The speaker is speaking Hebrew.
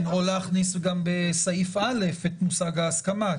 או להכניס גם בסעיף א' את מושג ההסכמה,